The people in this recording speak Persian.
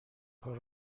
کار